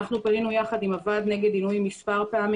אנו פנינו יחד עם הוועד נגד- -- מספר פנים